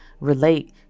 relate